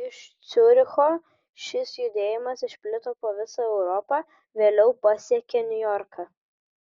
iš ciuricho šis judėjimas išplito po visą europą vėliau pasiekė niujorką